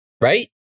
right